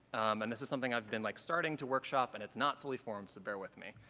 and this is something i've been like starting to workshop and it's not fully formed, so bear with me.